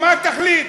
מה התכלית?